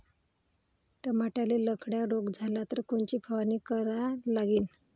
टमाट्याले लखड्या रोग झाला तर कोनची फवारणी करा लागीन?